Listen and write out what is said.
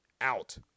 out